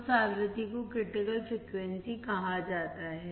उस आवृत्ति को क्रिटिकल फ्रिकवेंसी fcकहा जाता है